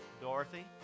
Dorothy